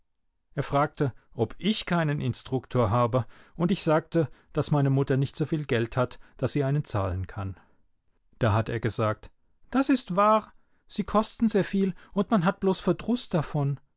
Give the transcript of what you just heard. er fragte ob ich keinen instruktor habe und ich sagte daß meine mutter nicht so viel geld hat daß sie einen zahlen kann da hat er gesagt das ist wahr sie kosten sehr viel und man hat bloß verdruß davon